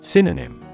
Synonym